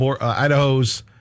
Idaho's